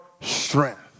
strength